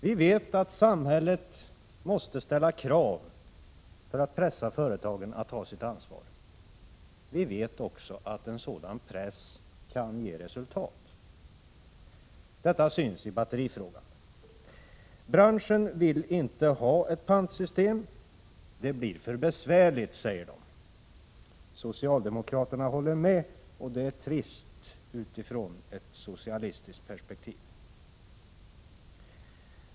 Vi vet att samhället måste ställa krav för att pressa företagen att ta sitt ansvar. Vi vet också att en sådan press kan ge resultat. Detta syns i batterifrågan. Branschen vill inte ha ett pantsystem. Det blir för besvärligt, säger man. Socialdemokraterna håller med, och det är trist utifrån ett socialistiskt perspektiv.